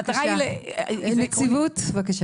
אני רוצה